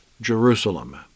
Jerusalem